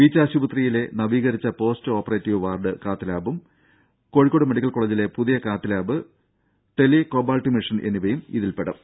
beach ആശുപത്രിയിൽ നവീകരിച്ച post operative ward cath ലാബും കോഴിക്കോട് മെഡിക്കൽ കോളജിലെ പുതിയ cath lab tele cobalt machine എന്നിവ ഇതിൽപെടും